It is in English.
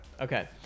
Okay